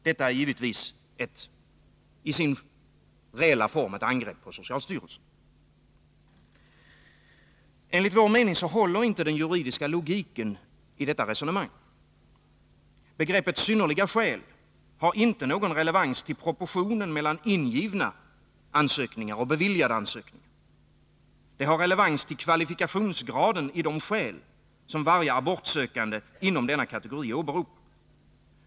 Detta är givetvis i sin reella form ett angrepp mot socialstyrelsen. Enligt vår mening håller inte den juridiska logiken i resonemanget. Begreppet synnerliga skäl har inte någon relevans till proportionen mellan ingivna ansökningar och beviljade ansökningar. Det har relevans till kvalifikationsgraden i de skäl som varje abortsökande inom denna kategori åberopar.